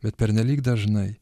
bet pernelyg dažnai